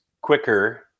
quicker